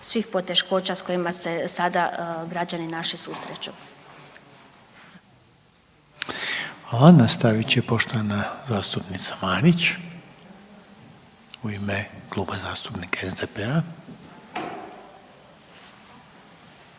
svih poteškoća s kojima se sada građani naši susreću. **Reiner, Željko (HDZ)** Hvala. Nastavit će poštovana zastupnica Marić u ime Kluba zastupnika SDP-a.